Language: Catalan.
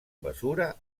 mesura